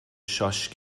شاش